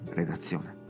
redazione